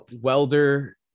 Welder